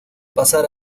pasar